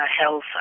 health